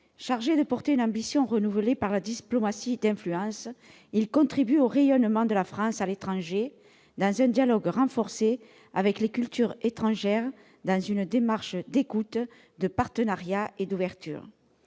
chargé de porter une ambition renouvelée par la diplomatie d'influence contribue au rayonnement de la France à l'étranger, dans un dialogue renforcé avec les cultures étrangères, dans un souci d'écoute, de partenariat et d'ouverture.